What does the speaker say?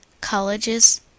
colleges